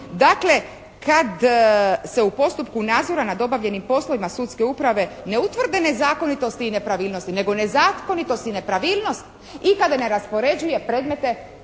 Dakle, kad se u postupku nadzora nad obavljenim poslovima sudske uprave ne utvrde nezakonitosti i nepravilnosti, nego nezakonitost i nepravilnost i kada ne raspoređuje predmete,